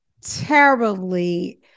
terribly